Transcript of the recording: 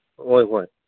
ꯍꯣꯏ ꯍꯣꯏ